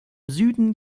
süden